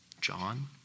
John